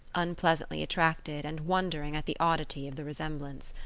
unpleasantly attracted and wondering at the oddity of the resemblance.